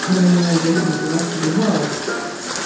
colonization of the rest of the world